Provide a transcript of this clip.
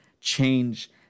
change